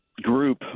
group